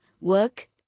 work